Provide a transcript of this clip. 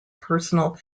personal